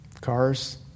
Cars